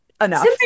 enough